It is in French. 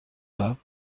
bas